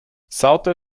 sauter